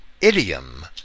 idiom